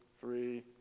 three